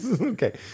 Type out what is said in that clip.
Okay